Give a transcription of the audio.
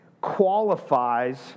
qualifies